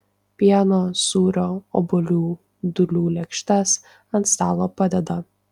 pieno sūrio obuolių dūlių lėkštes ant stalo padeda